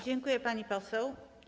Dziękuję, pani poseł.